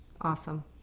awesome